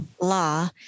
law